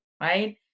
right